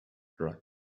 drugs